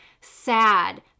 SAD